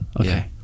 Okay